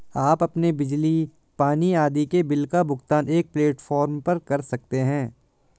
आप अपने बिजली, पानी आदि के बिल का भुगतान एक प्लेटफॉर्म पर कर सकते हैं